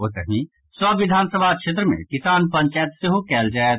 ओतहि सभ विधानसभा क्षेत्र मे किसान पंचायत सेहो कयल जायत